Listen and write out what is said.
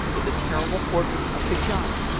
to the terrible fortress of kajana,